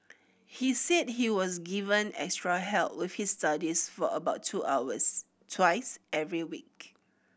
he said he was given extra help with his studies for about two hours twice every week